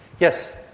yes?